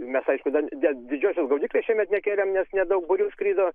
mes aišku dar didžiosios gaudyklės šiemet nekėlėm nes nedaug būrių skrido